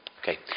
Okay